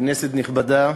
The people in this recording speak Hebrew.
כנסת נכבדה,